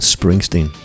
Springsteen